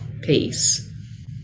Peace